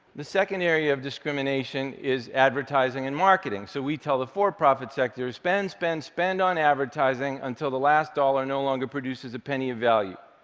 the second area of discrimination is advertising and marketing. so we tell the for-profit sector, spend, spend, spend on advertising, until the last dollar no longer produces a penny of value.